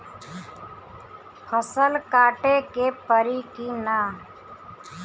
फसल काटे के परी कि न?